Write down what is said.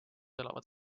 elavad